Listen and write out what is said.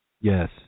yes